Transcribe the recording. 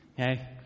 Okay